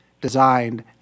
designed